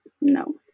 No